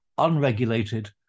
unregulated